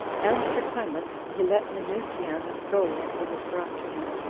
and for clement, he let minucianus go when he was brought to him,